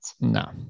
No